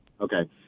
okay